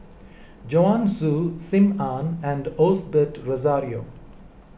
Joanne Soo Sim Ann and Osbert Rozario